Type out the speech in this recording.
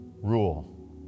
Rule